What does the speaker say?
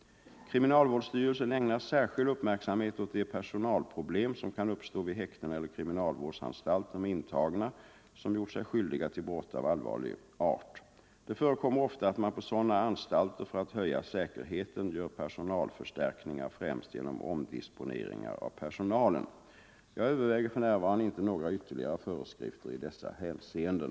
Kriminalvårdsstyrelsen ägnar särskild uppmärksamhet åt de personalproblem, som kan uppstå vid häkten eller kriminalvårdsanstalter med intagna som gjort sig skyldiga till brott av allvarlig art. Det förekommer ofta att man på sådana anstalter för att höja säkerheten gör personalförstärkningar främst genom omdisponeringar av personalen. Jag överväger för närvarande inte några ytterligare föreskrifter i dessa hänseenden.